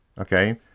Okay